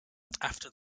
after